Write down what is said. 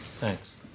Thanks